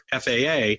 FAA